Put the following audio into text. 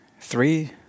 three